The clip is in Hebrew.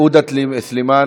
עאידה סלימאן?